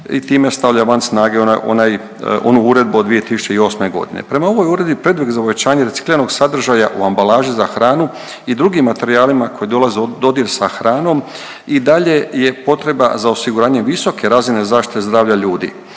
i time stavlja van snage onu uredbu od 2008. g. Prema ovoj Uredbi, prijedlog za uvećanje recikliranog sadržaja u ambalaži za hranu i drugim materijalima koji dolaze u dodir sa hranom i dalje je potreba za osiguranje visoke razine zaštite zdravlja ljudi,